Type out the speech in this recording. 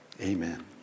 Amen